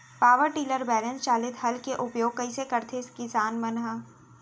Power tiller बैलेंस चालित हल के उपयोग कइसे करथें किसान मन ह?